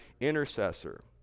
intercessor